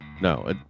No